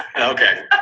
Okay